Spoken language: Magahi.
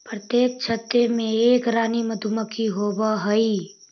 प्रत्येक छत्ते में एक रानी मधुमक्खी होवअ हई